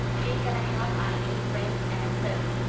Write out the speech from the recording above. we're gonna have a different answer.